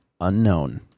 unknown